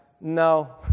No